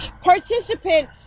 Participant